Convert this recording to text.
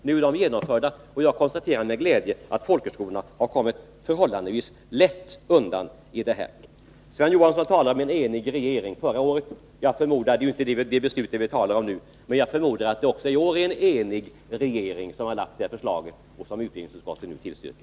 Nu är de genomförda, och jag konstaterar med glädje att folkhögskolorna har kommit förhållandevis lätt undan. Sven Johansson talade om en enig regering förra året, men det är inte det beslutet som vi nu diskuterar. Jag förmodar emellertid att det också i år var en enig regering som lade fram det förslag som utbildningsutskottet nu tillstyrker.